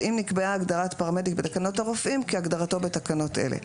ואם נקבעה הגדרת פרמדיק בתקנות הרופאים כהגדרתו בתקנות אלה.